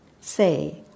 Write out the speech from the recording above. say